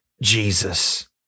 Jesus